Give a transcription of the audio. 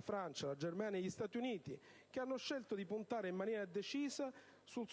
Francia, Germania e Stati Uniti hanno scelto di puntare in maniera decisa sul